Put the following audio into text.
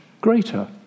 greater